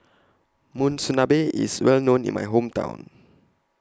Monsunabe IS Well known in My Hometown